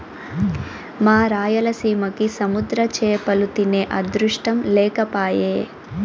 మా రాయలసీమకి సముద్ర చేపలు తినే అదృష్టం లేకపాయె